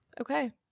okay